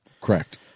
Correct